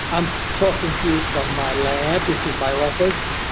i'm talking to you from my lab. this is my office,